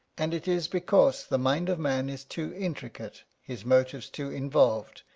and it is because the mind of man is too intricate, his motives too involved,